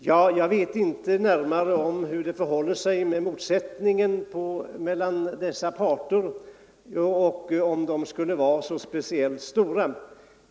Jag vet inte närmare hur det förhåller sig med motsättningarna mellan dessa parter och om de skulle vara speciellt stora.